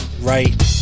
right